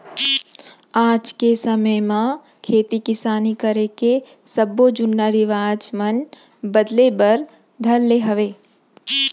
आज के समे म खेती किसानी करे के सब्बो जुन्ना रिवाज मन बदले बर धर ले हवय